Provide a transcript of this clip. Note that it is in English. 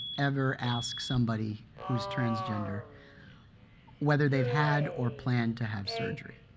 ever ask somebody who's transgender whether they've had or plan to have surgery.